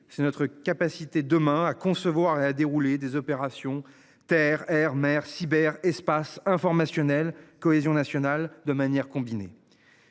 c'est notre capacité demain à concevoir et à déroulé des opérations, terre air mer cyber espace informationnel cohésion nationale de manière combinée